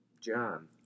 John